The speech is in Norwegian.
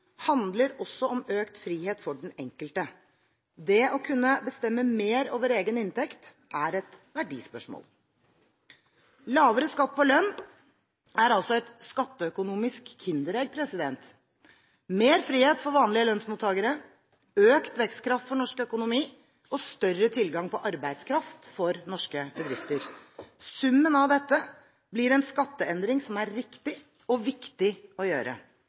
handler også om økt frihet for den enkelte. Det å kunne bestemme mer over egen inntekt er et verdispørsmål. Lavere skatt på lønn er altså et skatteøkonomisk kinderegg: mer frihet for vanlige lønnsmottakere, økt vekstkraft for norsk økonomi og større tilgang på arbeidskraft for norske bedrifter. Summen av dette blir en skatteendring som er riktig og viktig å gjøre.